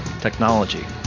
technology